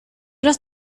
los